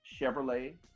Chevrolet